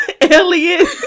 Elliot